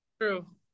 true